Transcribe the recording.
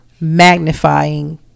magnifying